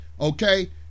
okay